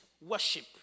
worship